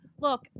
look